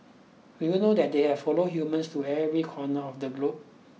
did you know that they have followed humans to every corner of the globe